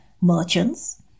merchants